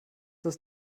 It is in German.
das